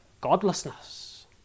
godlessness